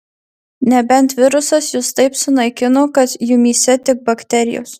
nebent virusas jus taip sunaikino kad jumyse tik bakterijos